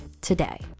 today